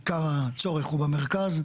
עיקר הצורך הוא במרכז.